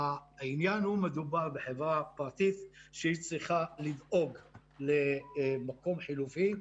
העניין הוא שלמעשה חברה פרטית צריכה לדאוג למקום חלופי.